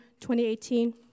2018